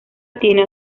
tiene